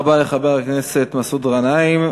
תודה רבה לחבר הכנסת מסעוד גנאים.